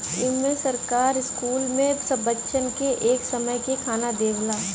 इम्मे सरकार स्कूल मे सब बच्चन के एक समय के खाना देवला